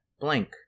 blank